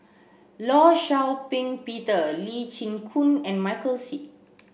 Law Shau Ping Peter Lee Chin Koon and Michael Seet